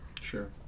Sure